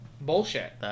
Bullshit